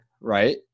right